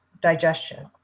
digestion